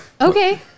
Okay